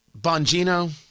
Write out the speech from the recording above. Bongino